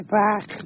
back